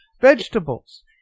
vegetables